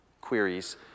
queries